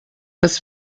das